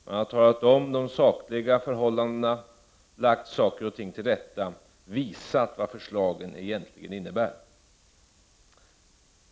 Man talat om de sakliga förhållandena, lagt saker och ting till rätta, visat vad förslagen egentligen innebär.